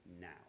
now